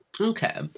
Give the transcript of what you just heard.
Okay